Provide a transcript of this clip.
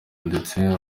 ndetse